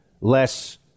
less